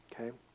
okay